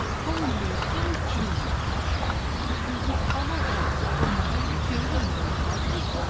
holy virgin! cried she, what will become of us? a man killed in my apartment!